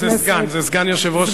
זה סגן יושב-ראש הכנסת.